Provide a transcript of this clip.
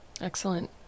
Excellent